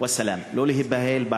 אושר ושלום.) לא להיבהל.